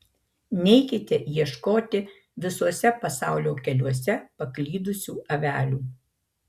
neikite ieškoti visuose pasaulio keliuose paklydusių avelių